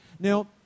Now